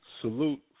Salute